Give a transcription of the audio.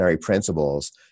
principles